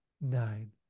nine